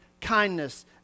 kindness